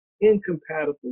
incompatible